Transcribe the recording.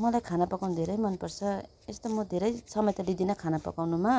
मलाई खाना पकाउनु धेरै मनपर्छ यस्तो म धेरै समय त लिँदिन खाना पकाउनुमा